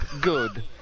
good